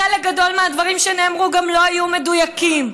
חלק גדול מהדברים שנאמרו גם לא היו מדויקים.